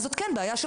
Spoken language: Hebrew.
אז, זו כן בעיה שלך.